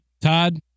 Todd